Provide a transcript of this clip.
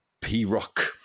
P-rock